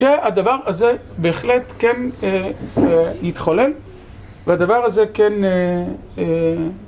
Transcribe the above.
שהדבר הזה בהחלט כן בתחולל והדבר הזה כן